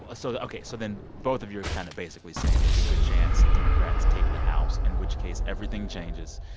ah so ok. so then both of you are kind of basically saying, there's a good chance democrats take the house, in which case everything changes